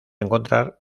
encontrar